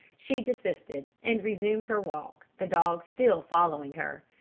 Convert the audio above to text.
she desisted, and resumed her walk, the dog still following her.